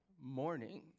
morning